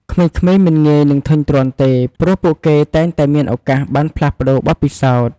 ក្មេងៗមិនងាយនឹងធុញទ្រាន់ទេ ព្រោះពួកគេតែងតែមានឱកាសបានផ្លាស់ប្តូរបទពិសោធន៍។